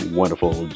wonderful